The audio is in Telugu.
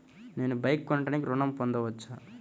నేను బైక్ కొనటానికి ఋణం పొందవచ్చా?